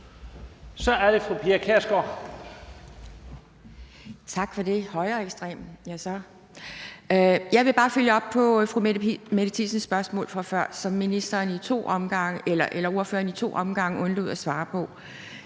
Så er det fru Pia Kjærsgaard.